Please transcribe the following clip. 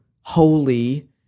holy